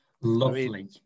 Lovely